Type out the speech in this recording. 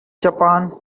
japan